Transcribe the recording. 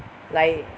like